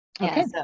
Okay